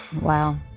Wow